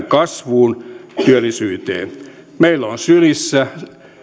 kasvuun työllisyyteen meillä on sylissä